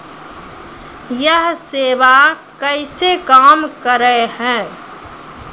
यह सेवा कैसे काम करै है?